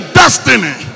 destiny